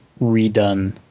redone